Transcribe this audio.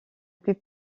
plus